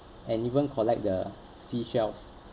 and even collect the seashells